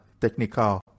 technical